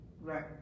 Right